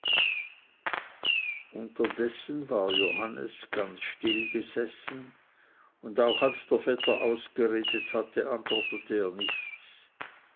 unterdessen war johannes ganz still gesessen und auch als der vetter ausgeredet hatte antwortete er nichts